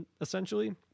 Essentially